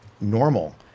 normal